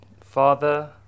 Father